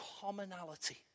commonality